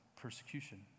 persecution